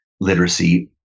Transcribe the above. literacy